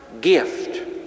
gift